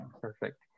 Perfect